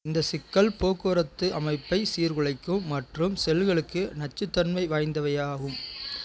இந்த சிக்கல் போக்குவரத்து அமைப்பை சீர்குலைக்கும் மற்றும் செல்களுக்கு நச்சுத்தன்மை வாய்ந்தவை ஆகும்